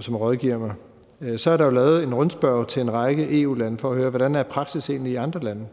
som rådgiver mig. Så er der jo lavet en rundspørge til en række EU-lande for at høre, hvordan praksis egentlig er i andre lande.